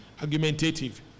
argumentative